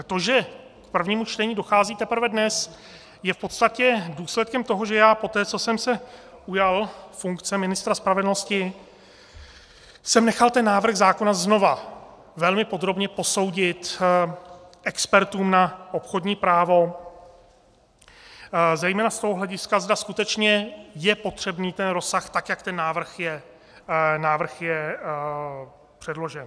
To, že k prvnímu čtení dochází teprve dnes, je v podstatě důsledkem toho, že já poté, co jsem se ujal funkce ministra spravedlnosti, jsem nechal ten návrh zákona znova velmi podrobně posoudit expertům na obchodní právo, zejména z toho hlediska, zda skutečně je potřebný ten rozsah, tak jak ten návrh je předložen.